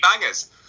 bangers